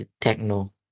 techno